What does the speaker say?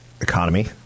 economy